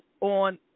on